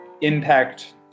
impact